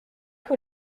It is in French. que